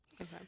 Okay